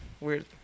weird